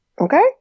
Okay